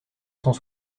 cent